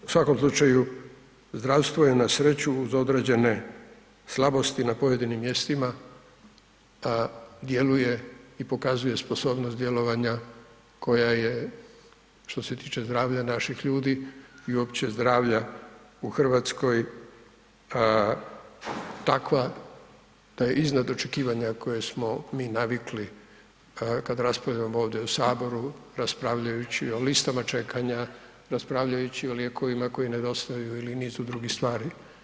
U svakom slučaju zdravstvo je na sreću uz određene slabosti na pojedinim mjestima djeluje i pokazuje sposobnost djelovanja koja je što se tiče zdravlja naših ljudi i uopće zdravlja u Hrvatskoj takva da je iznad očekivanja koje smo mi navikli kada raspravljamo ovdje u Saboru raspravljajući o listama čekanja, raspravljajući o lijekovima koji nedostaju ili o nizu drugih stvari.